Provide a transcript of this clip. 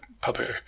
public